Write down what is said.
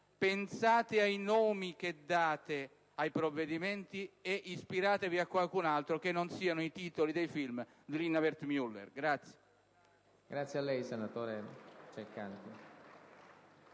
pensate ai nomi che date ai provvedimenti e ispiratevi a qualcos'altro che non siano i titoli dei film di Lina Wertmüller.